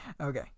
Okay